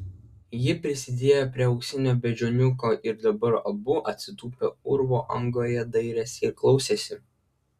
ji prisidėjo prie auksinio beždžioniuko ir dabar abu atsitūpę urvo angoje dairėsi ir klausėsi